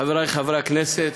חברי חברי הכנסת,